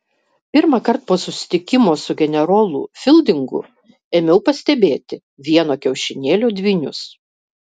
pirmąkart po susitikimo su generolu fildingu ėmiau pastebėti vieno kiaušinėlio dvynius